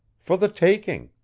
for the taking.